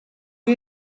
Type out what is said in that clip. are